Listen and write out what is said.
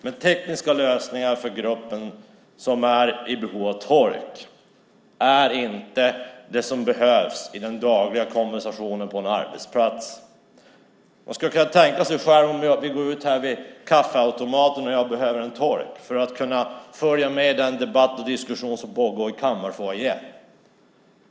Men tekniska lösningar för gruppen som är i behov av tolk är inte vad som behövs för den dagliga konversationen på en arbetsplats. Man kan tänka sig hur det är om jag själv går ut här till kaffeautomaten och behöver en tolk för att kunna följa med i den debatt och diskussion som pågår i kammarfoajén.